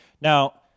Now